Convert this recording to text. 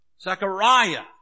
Zechariah